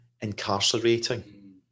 incarcerating